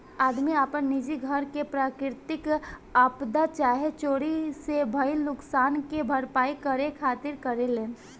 आदमी आपन निजी घर के प्राकृतिक आपदा चाहे चोरी से भईल नुकसान के भरपाया करे खातिर करेलेन